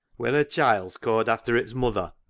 when a child's cawd after its muther,